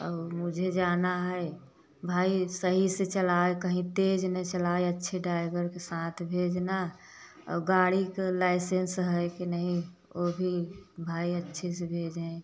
और मुझे जाना है भाई सही से चलावै कहीं तेज़ न चलावै अच्छे ड्राइवर के साथ भेजना और गाड़ी का लाइसेन्स है कि नही वो भी भाई अच्छे से भेजें